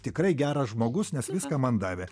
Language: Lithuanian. tikrai geras žmogus nes viską man davė